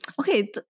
okay